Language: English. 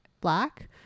black